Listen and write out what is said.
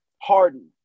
Harden